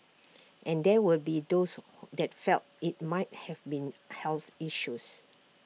and there will be those that felt IT might have been health issues